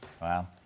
Wow